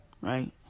right